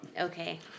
Okay